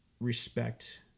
respect